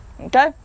Okay